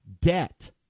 debt